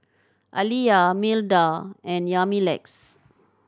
Aleah Milda and Yamilex